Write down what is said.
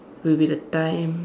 will be the time